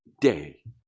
day